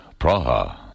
Praha